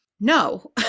No